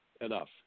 enough